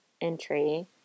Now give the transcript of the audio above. entry